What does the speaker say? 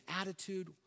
attitude